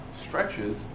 stretches